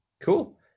Cool